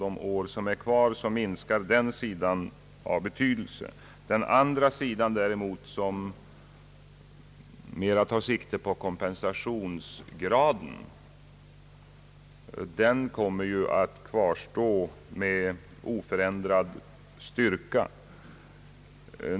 Den andra sidan av förslaget, som mera tar sikte på kompensationsgraden, kommer emellertid att kvarstå med oförändrad styrka.